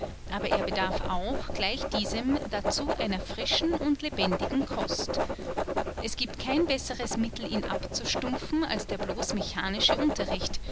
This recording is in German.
aber er bedarf auch gleich diesem dazu einer frischen und lebendigen kost es gibt kein besseres mittel ihn abzustumpfen als der bloß mechanische unterricht